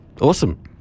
Awesome